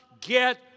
get